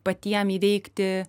patiem įveikti